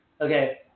okay